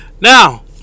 Now